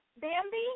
Bambi